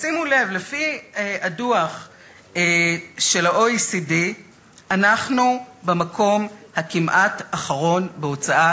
תשימו לב: לפי הדוח של ה-OECD אנחנו במקום הכמעט אחרון בהוצאה